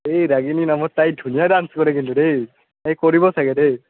এই তাই ধুনীয়া ডান্স কৰে কিন্তু দেই এই কৰিব চাগে দেই